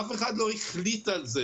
אף אחד לא החליט על זה